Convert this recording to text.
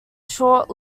short